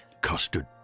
Custard